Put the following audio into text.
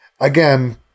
again